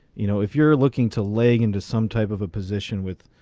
you know if you're looking to leg. into some type of a position with.